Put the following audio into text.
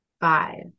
five